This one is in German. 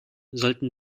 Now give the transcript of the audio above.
sollten